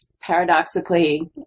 paradoxically